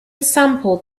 sampled